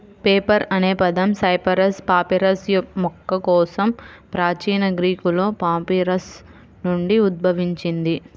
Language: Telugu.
పేపర్ అనే పదం సైపరస్ పాపిరస్ మొక్క కోసం ప్రాచీన గ్రీకులో పాపిరస్ నుండి ఉద్భవించింది